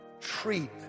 treat